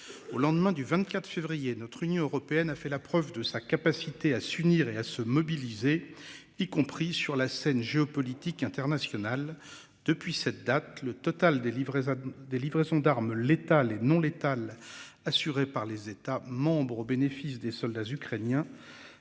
Au lendemain du 24 février notre Union européenne a fait la preuve de sa capacité à s'unir et à se mobiliser y compris sur la scène géopolitique internationale depuis cette date, le total des livraisons des livraisons d'armes létales et non létale. Assurée par les États membres au bénéfice des soldats ukrainiens